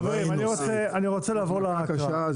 חברים, אני רוצה לעבור להקראה.